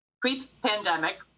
pre-pandemic